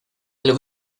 del